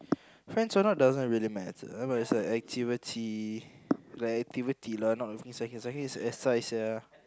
friends or not doesn't really matter but it's like activity the activity lah not is exercise sia